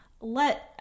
let